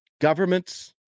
Governments